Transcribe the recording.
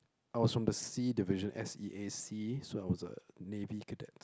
I was from the sea division S_E_A sea so I was a navy cadet